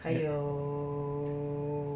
还有